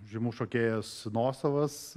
žymus šokėjas nosavas